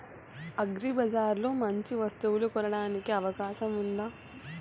అగ్రిబజార్ లో మంచి వస్తువు కొనడానికి అవకాశం వుందా?